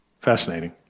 fascinating